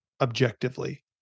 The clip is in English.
objectively